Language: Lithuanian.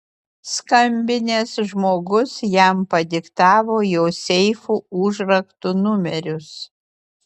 skambinęs žmogus jam padiktavo jo seifų užraktų numerius